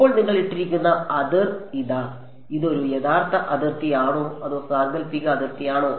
ഇപ്പോൾ നിങ്ങൾ ഇട്ടിരിക്കുന്ന അതിർ ഇതാ ഇതൊരു യഥാർത്ഥ അതിർത്തിയാണോ അതോ സാങ്കൽപ്പിക അതിർത്തിയാണോ